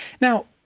Now